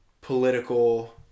political